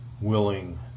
willing